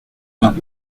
bains